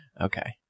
Okay